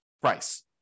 price